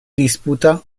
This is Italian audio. disputa